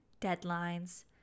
deadlines